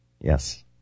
Yes